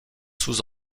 sous